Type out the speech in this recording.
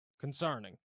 concerning